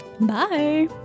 Bye